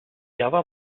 java